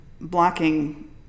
blocking